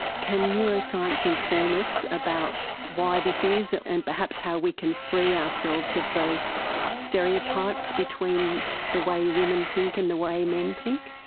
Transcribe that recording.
can neuroscience inform us about why this is and perhaps how we can free ourselves of those stereotypes between the way women think and the way men think?